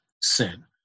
sin